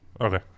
Okay